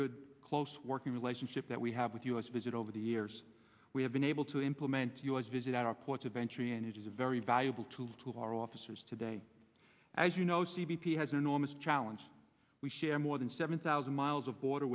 good close working relationship that we have with u s visit over the years we have been able to implement u s visit our ports of entry and it is a very valuable tool to our officers today as you know c b p has an enormous challenge we share more than seven thousand miles of border